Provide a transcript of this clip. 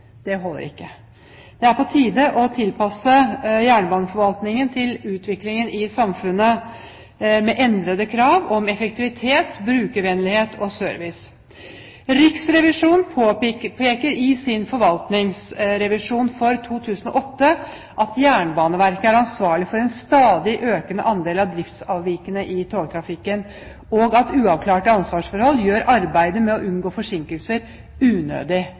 Det holder ikke. Det er på tide å tilpasse jernbaneforvaltningen til utviklingen i samfunnet, med endrede krav om effektivitet, brukervennlighet og service. Riksrevisjonen påpeker i sin forvaltningsrevisjon for 2008 at Jernbaneverket er ansvarlig for en stadig økende andel av driftsavvikene i togtrafikken, og at uavklarte ansvarsforhold gjør arbeidet med å unngå forsinkelser unødig